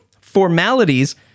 formalities